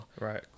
Right